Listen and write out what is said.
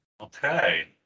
okay